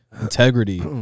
integrity